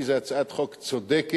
כי זו הצעת חוק צודקת,